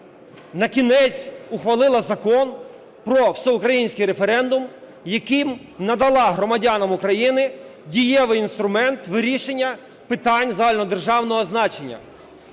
накінець ухвалила Закон "Про всеукраїнський референдум", яким надала громадянам України дієвий інструмент вирішення питань загальнодержавного значення.